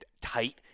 tight